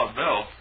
bill